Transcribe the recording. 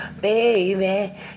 baby